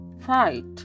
fight